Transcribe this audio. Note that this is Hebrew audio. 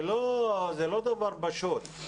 זה לא דבר פשוט.